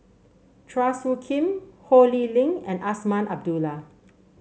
Chua Soo Khim Ho Lee Ling and Azman Abdullah